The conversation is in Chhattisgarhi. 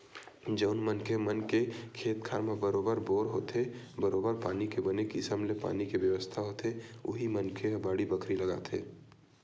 जउन मनखे मन के खेत खार म बरोबर बोर होथे बरोबर पानी के बने किसम ले पानी के बेवस्था होथे उही मनखे ह बाड़ी बखरी लगाथे